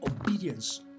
obedience